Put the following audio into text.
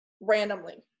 randomly